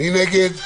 מי נגד?